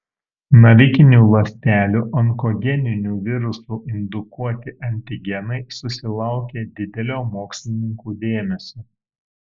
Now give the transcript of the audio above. navikinių ląstelių onkogeninių virusų indukuoti antigenai susilaukė didelio mokslininkų dėmesio